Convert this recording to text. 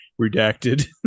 redacted